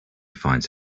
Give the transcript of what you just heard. finds